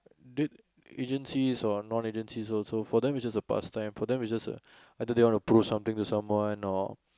they agencies or non agencies also for them it just a pastime for them it just a either they want to prove something to someone or